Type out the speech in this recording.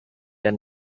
der